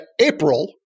April